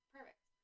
Perfect